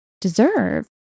deserve